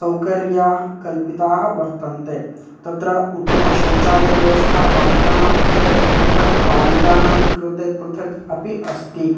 सौकर्याः कल्पिताः वर्तन्ते तत्र उत्तमशौचालयव्यवस्था बालकानां कृते पृथक् बालिकानां कृते पृथक् अपि अस्ति